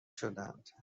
شدهاند